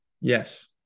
Yes